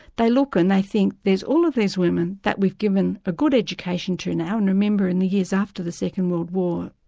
they look and they think there's all of these women that we've given a good education to now, remembering the years after the second world war,